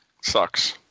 Sucks